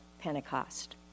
Pentecost